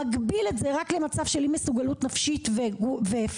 מגביל את זה רק למצב של אי מסוגלות נפשית ופיזית,